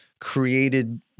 created